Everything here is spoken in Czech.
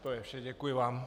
To je vše, děkuji vám.